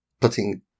putting